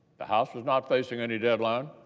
the house is not facing any deadline.